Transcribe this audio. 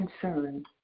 concern